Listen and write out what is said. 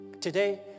Today